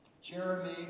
Jeremy